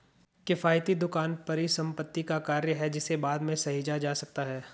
किफ़ायती दुकान परिसंपत्ति का कार्य है जिसे बाद में सहेजा जा सकता है